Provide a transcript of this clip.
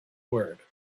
word